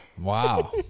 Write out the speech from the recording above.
Wow